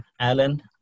Alan